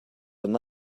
and